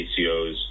ACOs